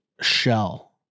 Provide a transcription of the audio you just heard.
Shell